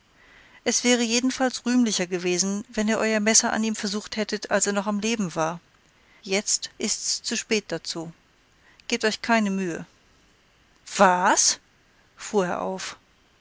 es wäre jedenfalls rühmlicher gewesen wenn ihr euer messer an ihm versucht hättet als er noch am leben war jetzt ist's zu spät dazu gebt euch keine mühe was fuhr er auf